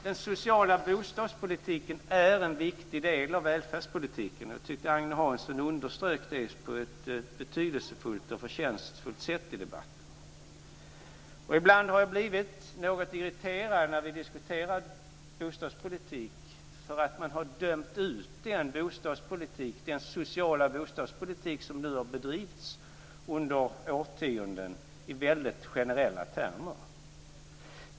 Den sociala bostadspolitiken är en viktig del av välfärdspolitiken, och jag tyckte att Agne Hansson underströk det på ett betydelsefullt och förtjänstfullt sätt i debatten. Ibland har jag blivit något irriterad när vi har diskuterat bostadspolitik för att man i väldigt generella termer har dömt ut den sociala bostadspolitik som nu har bedrivits under årtionden.